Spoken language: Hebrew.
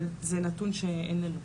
אבל זה נתון שאין לנו.